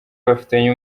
bafitanye